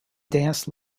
dance